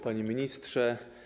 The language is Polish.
Panie Ministrze!